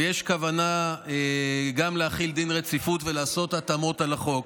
ויש כוונה גם להחיל דין רציפות ולעשות התאמות לחוק.